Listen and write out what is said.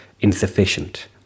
insufficient